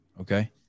Okay